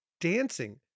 dancing